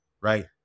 right